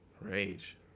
Rage